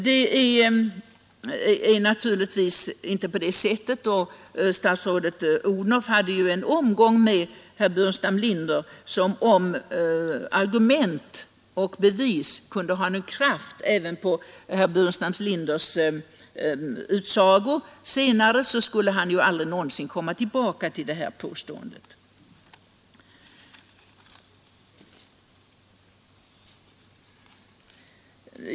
Det är naturligtvis inte så att vi ekonomiskt gynnar den som inte gifter sig. Statsrådet Ohdnoff hade här en omgång med herr Burenstam Linder som, om argument och bevis hade någon effekt på honom, skulle ha förmått honom att aldrig någonsin återkomma med detta påstående.